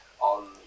on